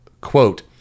Quote